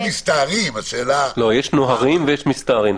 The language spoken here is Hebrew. יש נוהרים ויש מסתערים.